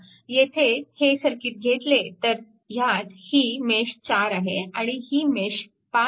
येथे हे सर्किट घेतले तर ह्यात ही मेश 4 आहे आणि ही मेश 5 आहे